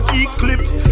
eclipse